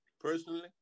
personally